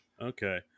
Okay